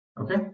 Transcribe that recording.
Okay